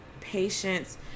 Patience